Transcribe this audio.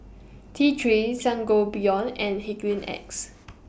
T three Sangobion and Hygin X